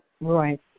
Right